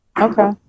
okay